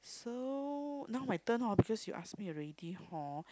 so now my turn hor because you ask me already hor